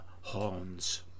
horns